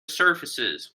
surfaces